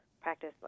practice